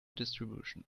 distribution